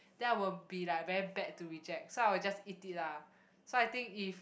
then I will be like very bad to reject so I will just eat it lah so I think if